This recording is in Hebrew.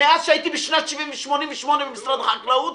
מאז שהייתי בשנת 1988 במשרד החקלאות,